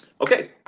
okay